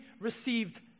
received